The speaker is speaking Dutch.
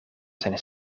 zijn